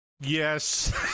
Yes